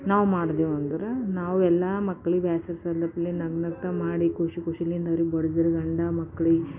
ನಾವು ಮಾಡಿದೇವಂದ್ರೆ ನಾವು ಎಲ್ಲಾ ಮಕ್ಕಳಿಗು ನಗುನಗ್ತಾ ಮಾಡಿ ಖುಷಿ ಖುಷಿಯಿಂದ ಅವ್ರಿಗೆ ಬಡಿಸಿರುವಂಥ ಮಕ್ಕಳಿಗೆ